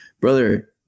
Brother